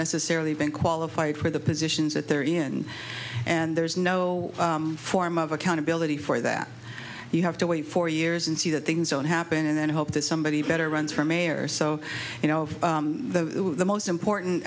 necessarily been qualified for the positions that they're in and there's no form of accountability for that you have to wait four years and see that things don't happen and then hope that somebody better runs for mayor so you know the most important